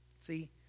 See